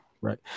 Right